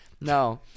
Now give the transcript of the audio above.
no